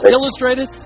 Illustrated